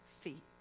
feet